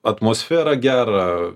atmosferą gerą